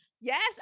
yes